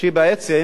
בריא בנפשו.